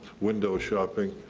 window shopping,